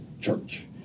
church